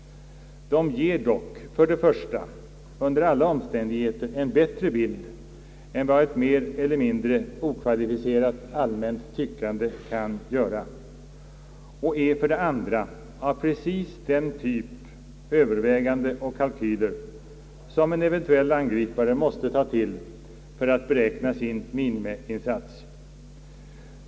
De ger dock för det första under alla omständigheter en bättre bild än vad ett mer eller mindre okvalificerat allmänt tyckande kan göra och är för det andra precis den typ av överväganden och kalkyler som en eventuell angripare måste ta till för att beräkna sin minimiinsats.